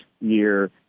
year